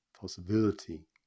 possibility